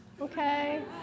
okay